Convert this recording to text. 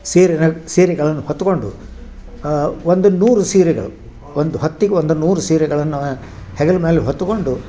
ಸೀರೆನಾಗ ಸೀರೆಗಳನ್ನು ಹೊತ್ತುಕೊಂಡು ಒಂದು ನೂರು ಸೀರೆಗಳು ಒಂದು ಹೊತ್ತಿಗೆ ಒಂದು ನೂರು ಸೀರೆಗಳನ್ನು ಹೆಗಲ ಮ್ಯಾಲೆ ಹೊತ್ತುಕೊಂಡು